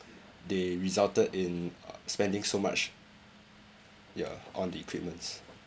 they resulted in uh spending so much yeah on the equipments